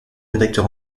rédacteur